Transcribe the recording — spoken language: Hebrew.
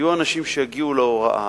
יהיו אנשים שיגיעו להוראה,